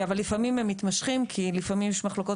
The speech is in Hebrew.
אבל לפעמים הם מתמשכים כי לפעמים יש מחלוקות